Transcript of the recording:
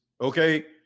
okay